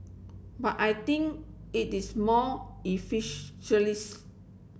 but I think it is more